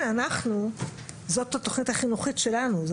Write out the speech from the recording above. זאת התכנית החינוכית שלנו,